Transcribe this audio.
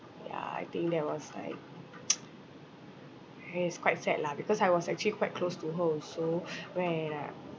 ya I think that was like I mean it's quite sad lah because I was actually quite close to her also